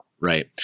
right